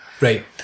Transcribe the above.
Right